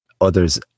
others